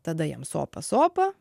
tada jam sopa sopa